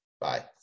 Bye